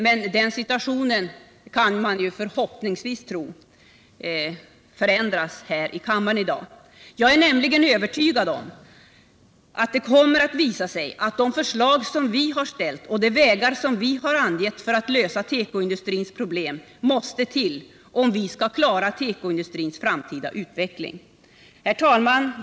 Förhoppningsvis kommer detta att ändras här i kammaren i dag. Jag är nämligen övertygad om att det kommer att visa sig att de förslag som vi har ställt och de vägar som vi har angett för att lösa tekoindustrins problem måste till om vi skall klara tekoindustrins framtida utveckling. Herr talman!